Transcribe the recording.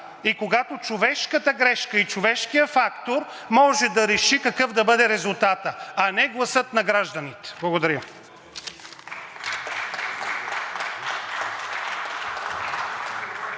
и когато човешката грешка, и човешкият фактор може да реши какъв да бъде резултата, а не гласът на гражданите. Благодаря.